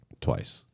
twice